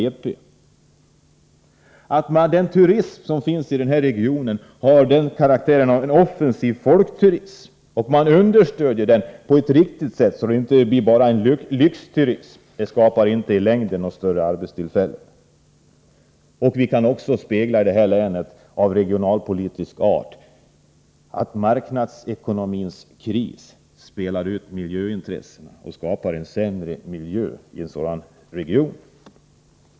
Därför gäller det att på ett riktigt sätt understödja turismen i regionen så att den får karaktären av folkturism och den inte blir bara en lyxturism, för en sådan skapar inte i längden något större antal arbetstillfällen. Kopparbergs län speglar också det förhållandet att marknadsekonomins kris spelas ut mot miljöintressena, vilket leder till en sämre miljö i regionen.